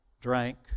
drank